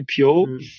IPO